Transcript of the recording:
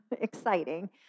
exciting